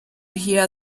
hear